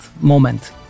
moment